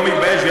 אני לא מתבייש,